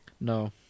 No